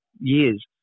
years